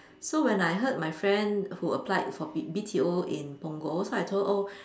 so when I heard my friend who applied for B_T_O in Punggol so I told her oh